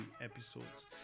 episodes